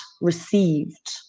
received